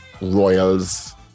royals